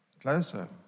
closer